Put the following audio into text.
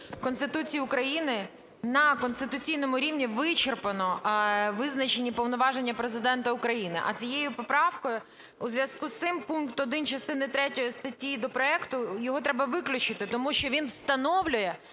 Конституції України на конституційному рівні вичерпно визначені повноваження Президента України. А цією поправкою у зв'язку з цим пункт 1 частини третьої статті до проекту, його треба виключити, тому що він встановлює